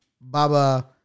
Baba